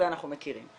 זה אנחנו מכירים.